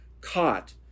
caught